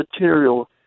material